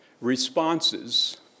Responses